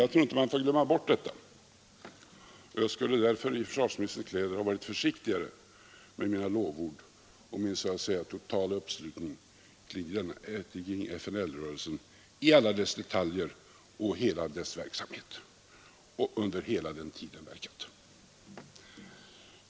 Jag tror inte att man får glömma bort detta, och jag skulle därför i försvarsministerns kläder ha varit försiktigare med mina lovord om en så att säga total uppslutning kring FNL-rörelsen i alla dess detaljer och hela dess verksamhet och under hela den tid den verkat.